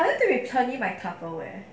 are you going to returning my tupperware